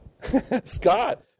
Scott